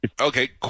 Okay